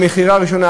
במכירה הראשונה?